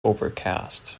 overcast